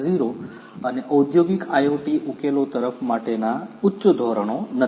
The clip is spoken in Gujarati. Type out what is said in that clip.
0 અને ઔદ્યોગિક IoT ઉકેલો તરફ માટેના ઉચ્ચ ધોરણો નથી